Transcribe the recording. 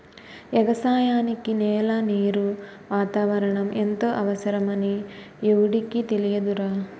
ఎగసాయానికి నేల, నీరు, వాతావరణం ఎంతో అవసరమని ఎవుడికి తెలియదురా